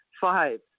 five